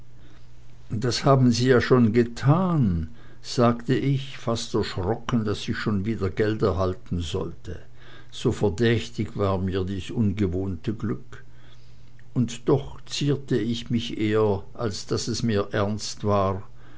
das haben sie ja schon getan sagte ich fast erschrocken daß ich schon wieder geld erhalten solle so verdächtig war mir dies ungewohnte glück und doch zierte ich mich eher als daß es mir ernst war